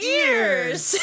ears